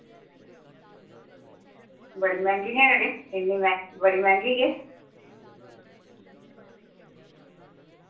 बड़ी मैंह्गियां न अड़ेओ न्नी में बड़ी मैंह्गी ऐ